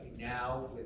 Now